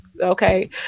Okay